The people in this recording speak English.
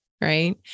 right